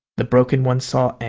the broken one saw